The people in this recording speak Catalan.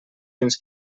fins